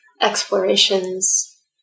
explorations